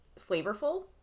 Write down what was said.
flavorful